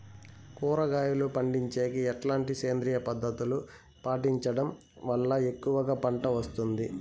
కూరగాయలు పండించేకి ఎట్లాంటి సేంద్రియ పద్ధతులు పాటించడం వల్ల ఎక్కువగా పంట వస్తుంది?